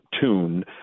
tune